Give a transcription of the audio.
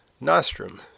Nostrum